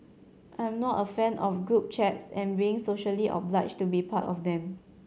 I'm not a fan of group chats and being socially obliged to be part of them